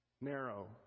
Narrow